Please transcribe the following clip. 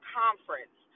conference